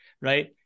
right